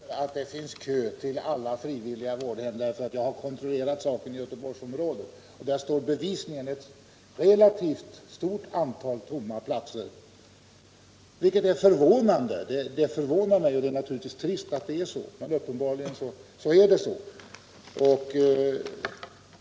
Herr talman! Jag skall inte heller förlänga debatten. Men jag bestrider att det är kö till alla frivilliga vårdhem. Jag har kontrollerat saken i Göteborgsområdet, och där finns bevisligen ett relativt stort antal tomma platser. Det förvånar mig, och det är naturligtvis trist, men det är uppenbarligen så.